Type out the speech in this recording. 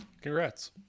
Congrats